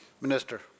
Minister